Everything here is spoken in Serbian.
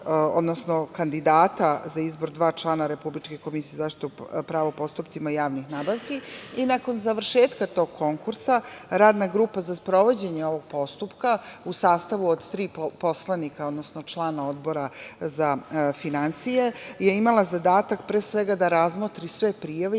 izbor kandidata za dva člana republičke Komisije za zaštitu ponuđača u postupcima javnih nabavki i nakon završetka tog konkursa, Radna grupa za sprovođenje ovog postupka u sastavu od tri poslanika odnosno člana Odbora za finansije je imala zadatak pre svega da razmotri sve prijave